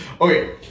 Okay